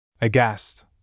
Aghast